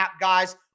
guys